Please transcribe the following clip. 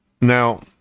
Now